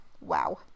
wow